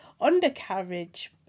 undercarriage